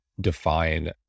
define